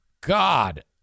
God